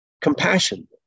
compassion